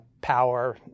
power